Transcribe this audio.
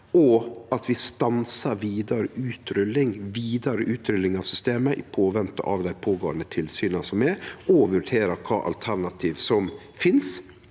og at vi stansar vidare utrulling av systemet i påvente av dei pågåande tilsyna og vurderer kva alternativ som finst